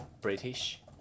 British